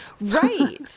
Right